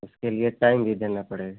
उसके लिए टाइम भी देना पड़ेगा